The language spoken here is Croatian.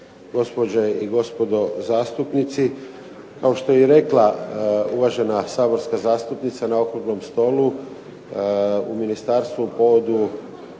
gospođe i gospodo zastupnici. Kao što je i rekla uvažena saborska zastupnica na Okruglom stolu u Ministarstvu u povodu